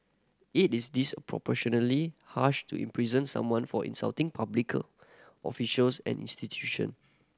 it is disproportionately harsh to imprison someone for insulting public officials and institution